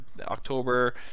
October